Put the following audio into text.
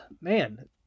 Man